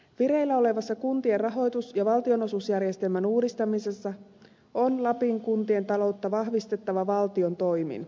vireillä olevassa kuntien rahoitus ja valtionosuusjärjestelmän uudistamisessa on lapin kuntien taloutta vahvistettava valtion toimin